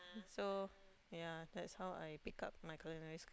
so ya that's how I pick up my culinary skills